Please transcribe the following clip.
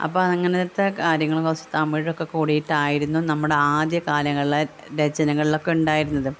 അപ്പം അങ്ങനെത്തെ കാര്യങ്ങൾ കുറച്ച് തമിഴൊക്കെ കൂടിയിട്ടായിരുന്നു നമ്മുടെ ആദ്യകാലങ്ങളിൽ രചനകളിലൊക്കെ ഉണ്ടായിരുന്നത്